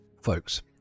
folks